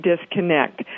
disconnect